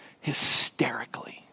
hysterically